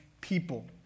people